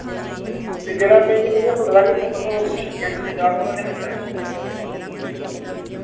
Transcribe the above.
ते जेह्ड़ा में इ'यां में इ'यां सुने दा कि इत्थैं मतलब कुछ शिल्लियां शुल्लियां चाढ़ो उ'दा केह् चक्कर ऐ